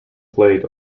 played